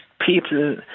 people